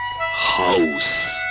House